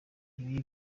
ibi